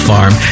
Farm